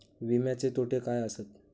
विमाचे तोटे काय आसत?